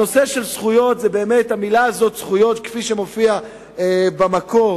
המלה הזאת, זכויות, כפי שהיא מופיעה במקור